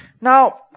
Now